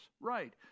Right